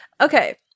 Okay